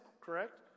correct